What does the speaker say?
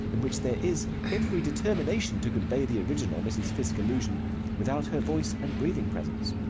in which there is every determination to convey the original mrs. fiske illusion without her voice and breathing presence.